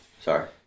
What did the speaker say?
Sorry